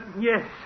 Yes